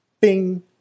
bing